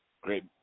great